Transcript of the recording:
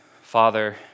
Father